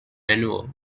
maneuver